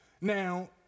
Now